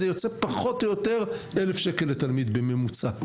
זה יוצא פחות או יותר 1,000 שקלים לתלמיד בממוצע.